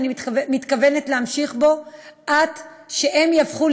ואני מתכוונת להמשיך בו עד שהם יהפכו